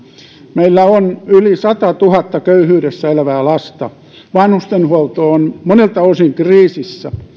meillä on yli sadassatuhannessa köyhyydessä elävää lasta vanhustenhuolto on monelta osin kriisissä